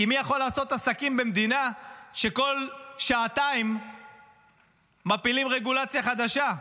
כי מי יכול לעשות עסקים במדינה שכל שעתיים מפילים רגולציה חדשה,